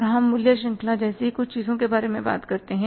फिर हम मूल्य श्रृंखला जैसी कुछ चीजों के बारे में बात करते हैं